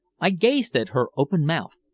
i gazed at her open-mouthed.